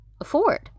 afford